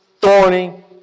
thorny